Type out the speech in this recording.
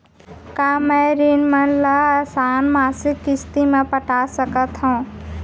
का मैं ऋण मन ल आसान मासिक किस्ती म पटा सकत हो?